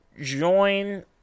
join